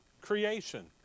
creation